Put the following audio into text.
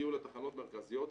תגיעו לתחנות מרכזיות,